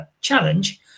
challenge